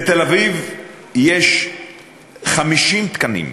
בתל-אביב יש 50 תקנים,